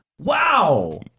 Wow